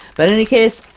but in any case,